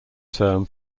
term